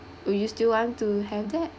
will you still want to have that